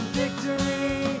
victory